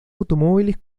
automóviles